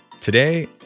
Today